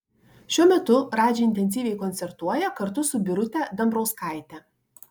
šiuo metu radži intensyviai koncertuoja kartu su birute dambrauskaite